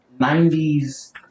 90s